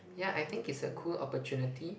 yeah I think it's a cool opportunity